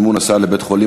מימון הסעה לבית-חולים),